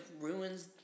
ruins